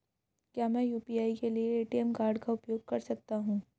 क्या मैं यू.पी.आई के लिए ए.टी.एम कार्ड का उपयोग कर सकता हूँ?